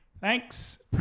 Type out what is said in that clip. thanks